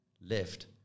left